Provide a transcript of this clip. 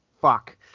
fuck